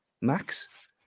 max